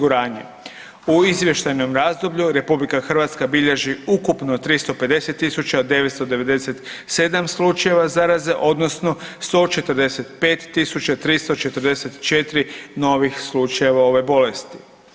U izvještajnom razdoblju RH bilježi ukupno 350.997 slučajeva zaraze odnosno 145.344 novih slučajeva ove bolesti.